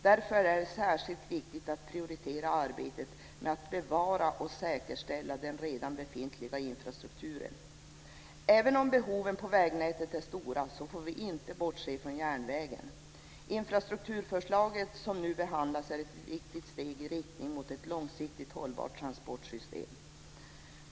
Därför är det särskilt viktigt att prioritera arbetet med att bevara och säkerställa den redan befintliga infrastrukturen. Även om behoven på vägnätet är stora får vi inte bortse från järnvägen. Det infrastrukturförslag som nu behandlas är ett viktigt steg i riktning mot ett långsiktigt hållbart transportsystem.